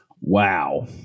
wow